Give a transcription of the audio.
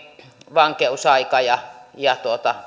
vankeusaika ja ja